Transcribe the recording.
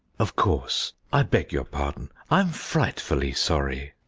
of course i beg your pardon i'm frightfully sorry.